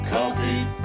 Coffee